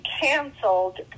canceled